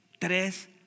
Tres